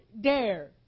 dare